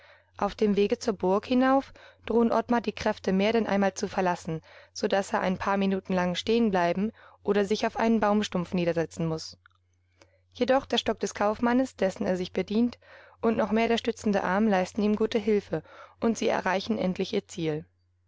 auf dem wege zur burg hinauf drohen ottmar die kräfte mehr denn einmal zu verlassen so daß er ein paar minuten lang stehen bleiben oder sich auf einen baumstumpf niedersetzen muß jedoch der stock des kaufmanns dessen er sich bedient und noch mehr der stützende arm leisten ihm gute hilfe und sie erreichen endlich ihr ziel